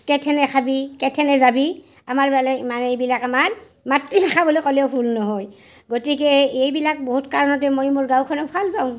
কেইথেনে খাবি কেইথেনে যাবি আমাৰ ফালে মানে এইবিলাক আমাৰ মাতৃভাষা বুলি ক'লেও ভুল নহয় গতিকে এইবিলাক বহুত কাৰণতে মই মোৰ গাওঁখনক ভাল পাওঁ